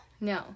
no